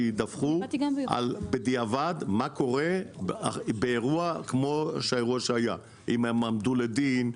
שידווחו בדיעבד מה קורה באירוע כמו האירוע שהיה אם הם עמדו לדין?